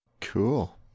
Cool